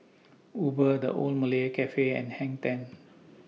Uber The Old Malaya Cafe and Hang ten